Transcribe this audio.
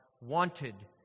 wanted